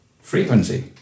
frequency